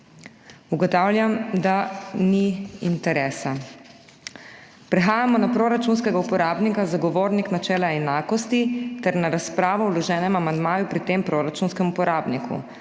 Ugotavljam, da ni interesa. Prehajamo na proračunskega uporabnika Zagovornik načela enakosti ter na razpravo o vloženem amandmaju pri tem proračunskem uporabniku.